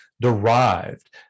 derived